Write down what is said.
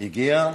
היא הגיעה?